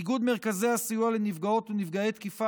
איגוד מרכזי הסיוע לנפגעות ולנפגעי תקיפה